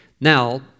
Now